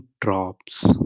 drops